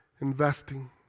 investing